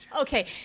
Okay